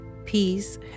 Peace